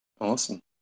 awesome